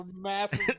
massive